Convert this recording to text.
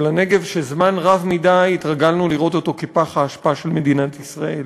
שזמן רב מדי התרגלנו לראות אותו כפח האשפה של מדינת ישראל,